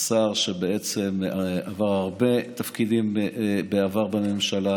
הוא שר שבעצם עבר הרבה תפקידים בעבר בממשלה,